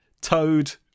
Toad